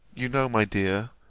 you know, my dear,